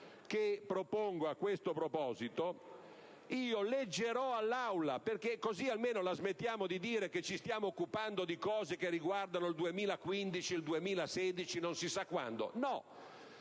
che propongo a questo proposito, leggerò all'Aula (così almeno la smettiamo di dire che ci stiamo occupando di cose che riguardano il 2015, il 2016, o non si sa quando),